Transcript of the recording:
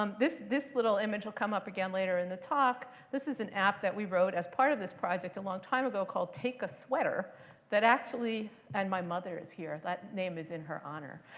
um this this little image will come up again later in the talk. this is an app that we wrote as part of this project a long time ago called take a sweater that actually and my mother is here. that name is in her honor,